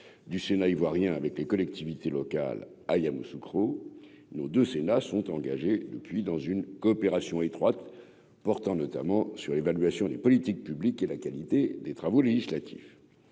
du Sénat ivoirien avec les collectivités locales à Yamoussoukro, nos 2 Sénat sont engagés depuis dans une coopération étroite portant notamment sur l'évaluation des politiques publiques et la qualité des travaux législatifs